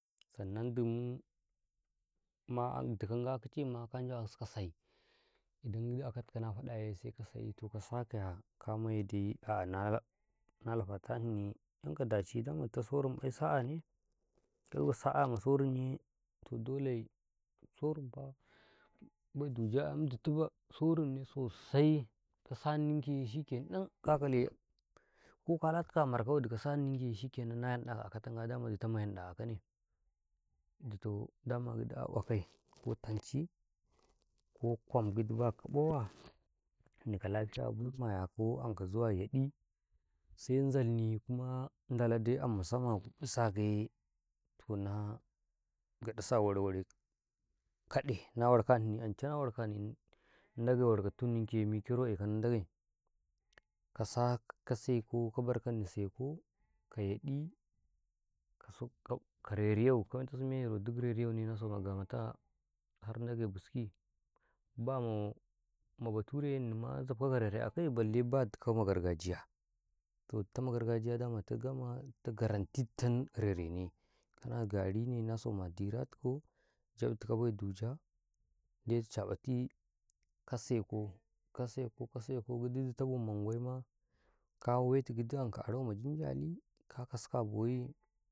﻿Sannan dumuu, ma ai dikau kan nga kutuma ka jawa si ka say, idan gidi a kata na faɗa yee, toh ka sai, to gidi ka sa ka yaaa, ka ma ye dai, a'ah naa lafatannii ka dace, da man di tau saraum sa'a ne, ka yuka sa'ah ma sarum yee, to dole, soru faa, bay duje ayam faa, sorum nee, sosai ka sannin kile shikke nan, ka kale, ko ka lati kau a markau wadi ka sanni yin kee, shikke nan, na yarda a katau nga, da damen du tau ma yanda a ka ne, daman gidi a okwai kee ko, tanchi, ko kwom gidi ba ka bowa, ini ka lafiya bay, ma ya kau ko anka zuwa yaɗi, sai zall'ni kuma da la dai amma sama gub-dusaka yee, toh na gaɗan tasi a war -ware kade, na war kanni na warkani Ndage warka tan ninkiyaa, mike ye yan ka nan ɗage ka sa, ka sai ko ka bar kani sai ko, ka yadi ka reriyau ne ma gamata, har ndagai bis kii, bamoo, ma bature Nniyi ma zab ko ka rere-a'a kai, balle batu kau ma gar- gajiya, toh du tau gargajiya daman tut ta garantit te rere ne, ka na gari na sama dira tu kau, mai tu kau bay duje, de tu caƃa ti ka sai koo, ka sai ko kasai man gwai ma ka waitu, gidi anka aro ma jin janii, kas sa a bo yii.